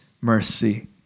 mercy